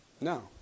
No